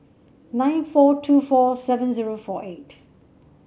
nine four two four seven zero four eight